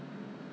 oh